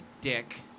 dick